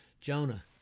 Jonah